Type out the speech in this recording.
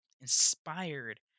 inspired